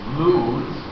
lose